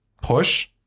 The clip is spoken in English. push